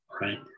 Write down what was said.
right